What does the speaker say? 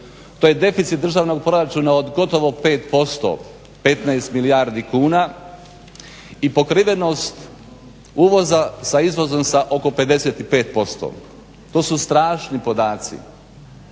to je deficit državnog proračuna od gotovo 5%, 15 milijardi kuna i pokrivenost uvoza sa izvozom sa oko 55%. To su strašni podaci